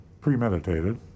premeditated